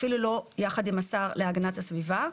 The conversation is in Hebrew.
אפילו לא יחד עם השר להגנת הסביבה.